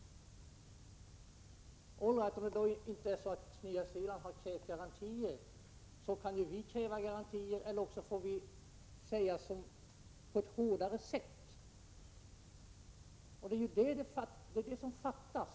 Även om inte Nya Zeeland har krävt garantier, kan ju vi göra det, eller också får vi säga ifrån på ett hårdare sätt. Det är detta som fattas.